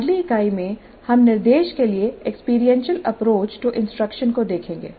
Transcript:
अगली इकाई में हम निर्देश के लिए एक्सपीरियंशियल अप्रोच टू इंस्ट्रक्शन को देखेंगे